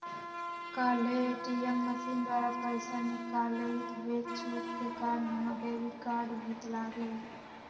काल्हे ATM machine द्वारा पइसा निकालइत बेर चूक के कारण हमर डेबिट कार्ड भुतला गेल